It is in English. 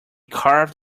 carved